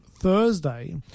Thursday